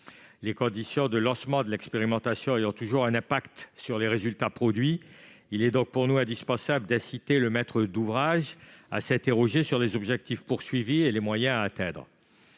Les conditions de lancement de l'expérimentation ayant toujours un impact sur les résultats produits, il nous paraît indispensable d'inciter le maître d'ouvrage à s'interroger sur les objectifs recherchés et les moyens à atteindre.